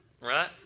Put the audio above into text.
Right